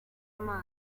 amaso